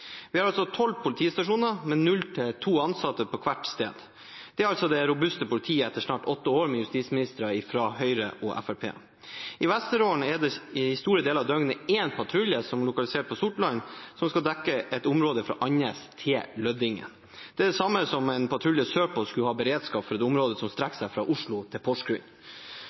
Vi har tolv politistasjoner med null til to ansatte på hvert sted. Det er altså det robuste politiet etter nesten åtte år med justisministre fra Høyre og Fremskrittspartiet. I Vesterålen er det i store deler av døgnet én patrulje som er lokalisert på Sortland, som skal dekke et område fra Andenes til Lødingen. Det er det samme som om én patrulje sørpå skulle ha beredskap for et område som strekker seg fra Oslo til